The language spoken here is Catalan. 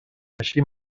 així